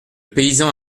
paysan